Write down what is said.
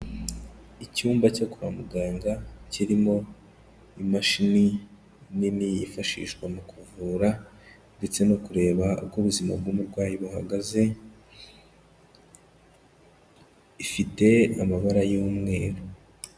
Icyumba cyo kwa muganga kirimo imashini nini yifashishwa mu kuvura ndetse no kureba uko ubuzima bw'umurwayi buhagaze, ifite amabara y'umweru.